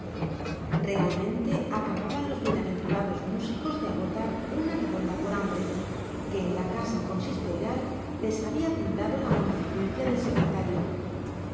realmente acababan los bienaventurados músicos de agotar una redonda corambre que en la casa consistorial les había brindado la munificencia del secretario